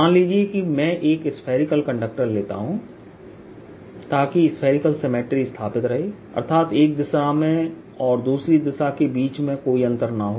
मान लीजिए मैं एक स्फेरिकल कंडक्टर लेता हूं ताकि स्फेरिकल सिमेट्री स्थापित रहे अर्थात एक दिशा और दूसरी दिशा के बीच कोई अंतर न हो